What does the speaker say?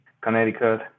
Connecticut